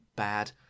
Bad